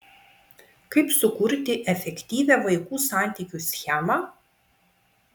kaip sukurti efektyvią vaikų santykių schemą